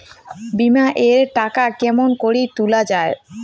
বিমা এর টাকা কেমন করি তুলা য়ায়?